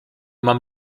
mam